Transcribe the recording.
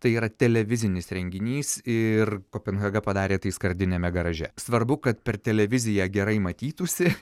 tai yra televizinis renginys ir kopenhaga padarė tai skardiniame garaže svarbu kad per televiziją gerai matytųsi